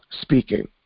speaking